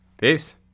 Peace